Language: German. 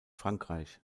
frankreich